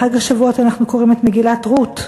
בחג השבועות אנחנו קוראים את מגילת רות,